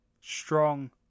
Strong